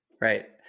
Right